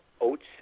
oats